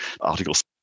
articles